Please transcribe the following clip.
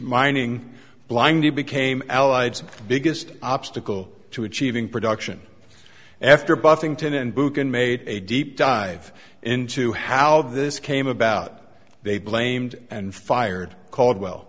mining blind he became allied biggest obstacle to achieving production after buffington and bukan made a deep dive into how this came about they blamed and fired caldwell